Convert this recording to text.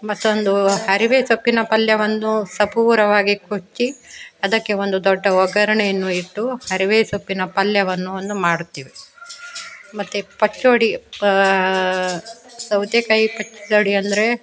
ಮತ್ತೊಂದು ಅರಿವೆ ಸೊಪ್ಪಿನ ಪಲ್ಯವೊಂದು ಸಪೂರವಾಗಿ ಕೊಚ್ಚಿ ಅದಕ್ಕೆ ಒಂದು ದೊಡ್ಡ ಒಗ್ಗರಣೆಯನ್ನು ಇಟ್ಟು ಹರಿವೆ ಸೊಪ್ಪಿನ ಪಲ್ಯವನ್ನು ಒಂದು ಮಾಡುತ್ತೇವೆ ಮತ್ತೆ ಪಚ್ಚಡಿ ಪಾ ಸೌತೆಕಾಯಿ ಪಚ್ಚಡಿ ಅಂದರೆ